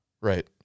Right